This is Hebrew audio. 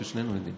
ששנינו יודעים.